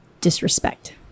Disrespect